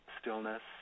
stillness